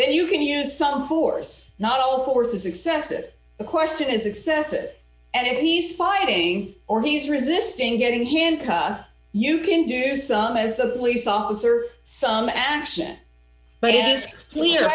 then you can use some force not all forces excessive the question is excessive and he's fighting or he's resisting getting him because you can do some as a police officer some action but it is clear